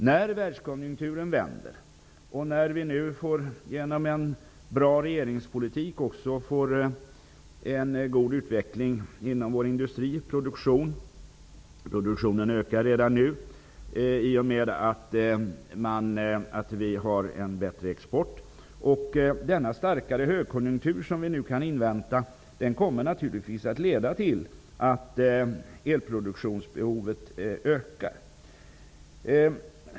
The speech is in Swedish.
När världskonjunkturen vänder får vi nu, genom en bra näringspolitik, också en god utveckling inom vår industri och produktion -- produktionen ökar redan nu, i och med att exporten går bättre. Denna starkare högkonjunktur, som vi nu kan invänta, kommer naturligtvis att leda till att elproduktionsbehovet ökar.